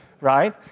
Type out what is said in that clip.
Right